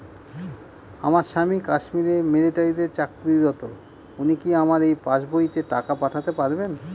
আমার স্বামী কাশ্মীরে মিলিটারিতে চাকুরিরত উনি কি আমার এই পাসবইতে টাকা পাঠাতে পারবেন?